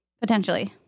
potentially